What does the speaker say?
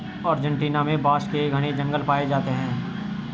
Argentina में बांस के घने जंगल पाए जाते हैं